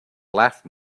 left